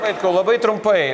vaitkau labai trumpai